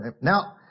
Now